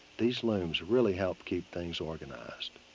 these looms really help keep things organized.